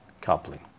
coupling